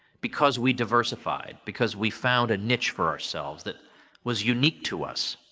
because we diversified. because we found a niche for ourselves that was unique to us,